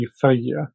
failure